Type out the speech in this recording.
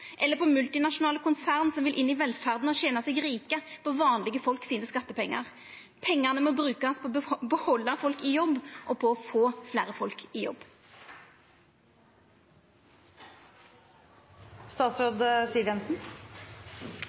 eller på multinasjonale konsern som vil inn i velferda og tena seg rike på skattepengane til vanlege folk. Pengane må brukast på å behalda folk i jobb og på å få fleire folk i